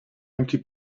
empty